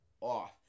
off